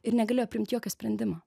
ir negalėjo priimt jokio sprendimo